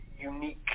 unique